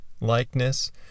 likeness